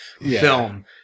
film